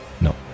no